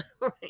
right